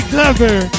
Clever